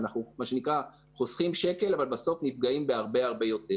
אנחנו חוסכים שקל אבל בסוף נפגעים בהרבה הרבה יותר.